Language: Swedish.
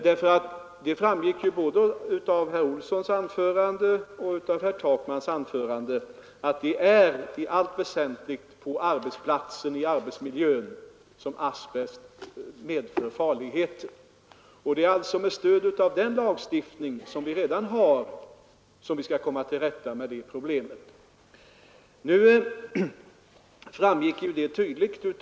Det framgick av både herr Olssons och herr Takmans anföranden att det i allt väsentligt är i arbetsmiljön som asbest medför fara. Det är alltså med stöd av den lagstiftning som vi redan har som vi skall komma till rätta med problemet.